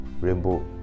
rainbow